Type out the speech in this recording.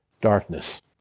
darkness